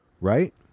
Right